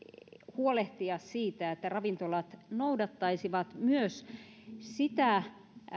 huolehtia siitä että ravintolat noudattaisivat sitä